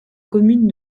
commune